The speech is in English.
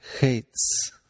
hates